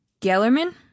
Gellerman